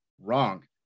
Wrong